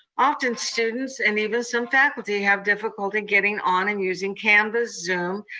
often students, and even some faculty, have difficulty getting on and using canvas zoom,